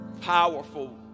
powerful